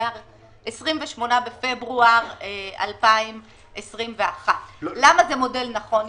28 בפברואר 2021. למה זה מודל נכון יותר,